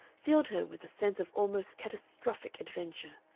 filled her with a sense of almost catastrophic adventure.